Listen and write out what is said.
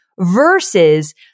versus